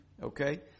Okay